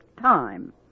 time